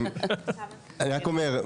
אני רק אומר,